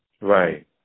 Right